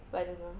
but I don't know